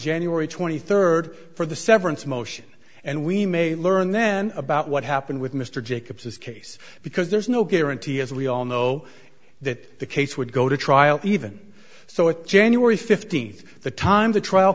january twenty third for the severance motion and we may learn then about what happened with mr jacobs case because there's no guarantee as we all know that the case would go to trial even so at january fifteenth the time the trial